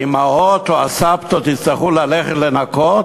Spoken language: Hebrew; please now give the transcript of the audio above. האימהות או הסבתות יצטרכו ללכת לנקות,